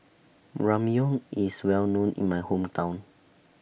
Ramyeon IS Well known in My Hometown